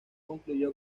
concluyó